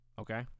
Okay